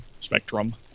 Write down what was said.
spectrum